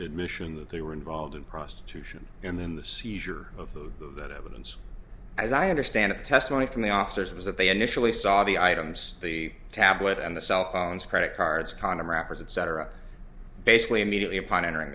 admission that they were involved in prostitution and then the seizure of the that evidence as i understand it the testimony from the officers was that they initially saw the items the tablet and the cell phones credit cards condom wrappers and cetera basically immediately upon entering